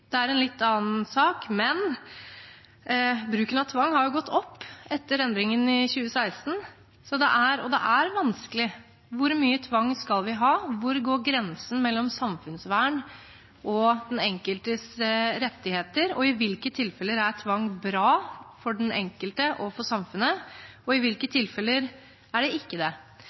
Det er en litt annen sak, men bruken av tvang har gått opp etter endringen i 2016. Og det er vanskelig: Hvor mye tvang skal vi ha? Hvor går grensen mellom samfunnsvern og den enkeltes rettigheter? I hvilke tilfeller er tvang bra for den enkelte og for samfunnet, og i hvilke tilfeller er det ikke det?